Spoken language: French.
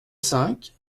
cinq